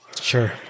Sure